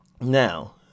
now